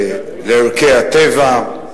לערכי הטבע,